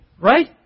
right